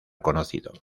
conocido